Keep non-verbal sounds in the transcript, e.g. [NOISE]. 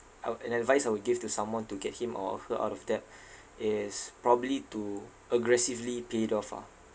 I wou~ an advice I would give to someone to get him or her out of debt [BREATH] is probably to aggressively pay it off ah